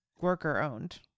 worker-owned